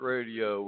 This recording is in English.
Radio